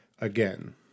again